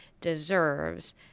deserves